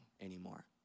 anymore